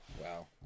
Wow